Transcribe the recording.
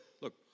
look